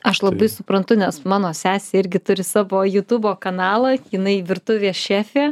aš labai suprantu nes mano sesė irgi turi savo jutubo kanalą jinai virtuvės šefė